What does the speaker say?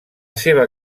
seva